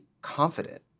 confident